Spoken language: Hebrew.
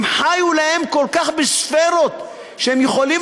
הם חיו להם כל כך בספֵרות שהם יכולים